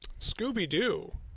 Scooby-Doo